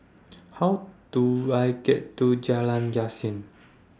How Do I get to Jalan Yasin